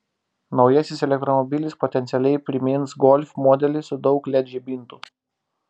naujasis elektromobilis potencialiai primins golf modelį su daug led žibintų